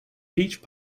peach